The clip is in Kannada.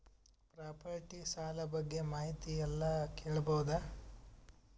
ಪ್ರಾಪರ್ಟಿ ಸಾಲ ಬಗ್ಗೆ ಮಾಹಿತಿ ಎಲ್ಲ ಕೇಳಬಹುದು?